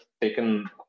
taken